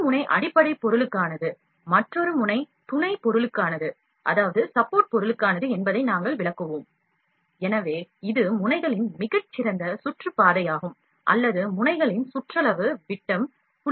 ஒரு முனை அடிப்படை பொருளுக்கானது மற்றொன்று துணைப் பொருளுக்கானது எனவே இது முனைகளின் மிகச் சிறந்த சுற்றுப்பாதையாகும் அல்லது முனைகளின் சுற்றளவு விட்டம் 0